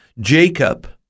Jacob